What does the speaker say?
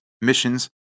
missions